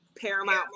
paramount